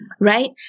right